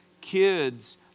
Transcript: Kids